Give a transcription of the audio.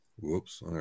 Whoops